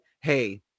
hey